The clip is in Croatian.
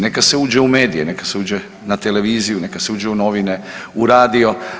Neka se uđe u medije, neka se uđe na televiziju, neka se uđe u novine, u radio.